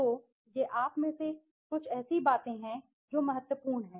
तो ये आप में से कुछ ऐसी बातें हैं जो महत्वपूर्ण हैं